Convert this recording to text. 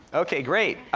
okay, great.